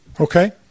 Okay